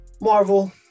marvel